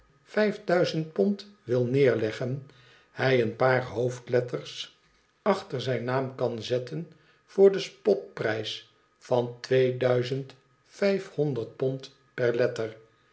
vijf duizend pond wil neerleggen hij een paar hoofdletters achter zijn naam kan zetten voor den spotprijs van twee duizend vijfhonderd pond per letter